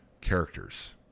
Characters